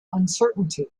uncertainty